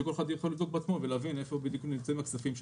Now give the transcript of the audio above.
שכל אחד יכול לבדוק בעצמו ולהבין איפה בדיוק נמצאים הכספים שלו.